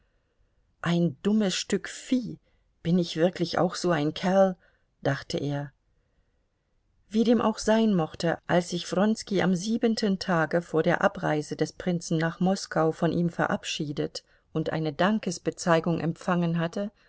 ein dummes stück vieh bin ich wirklich auch so ein kerl dachte er wie dem auch sein mochte als sich wronski am siebenten tage vor der abreise des prinzen nach moskau von ihm verabschiedet und eine dankesbezeigung empfangen hatte